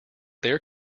there